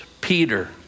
Peter